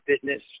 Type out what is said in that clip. fitness